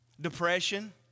Depression